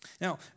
Now